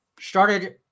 started